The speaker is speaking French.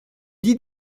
dit